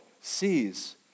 sees